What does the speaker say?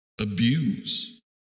Abuse